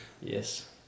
Yes